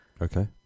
Okay